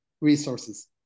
resources